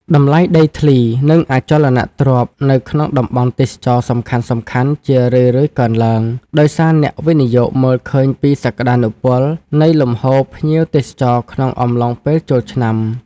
តម្លៃដីធ្លី និងអចលនទ្រព្យនៅក្នុងតំបន់ទេសចរណ៍សំខាន់ៗជារឿយៗកើនឡើង ដោយសារអ្នកវិនិយោគមើលឃើញពីសក្តានុពលនៃលំហូរភ្ញៀវទេសចរក្នុងអំឡុងពេលចូលឆ្នាំ។